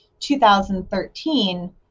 2013